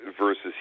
versus